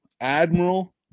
Admiral